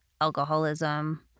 alcoholism